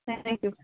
thank you